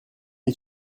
est